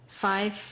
five